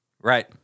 Right